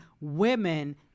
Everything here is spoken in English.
women